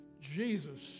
Jesus